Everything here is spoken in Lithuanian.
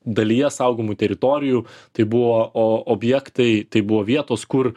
dalyje saugomų teritorijų tai buvo o objektai tai buvo vietos kur